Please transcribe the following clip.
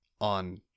on